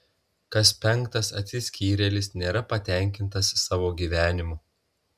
kas penktas atsiskyrėlis nėra patenkintas savo gyvenimu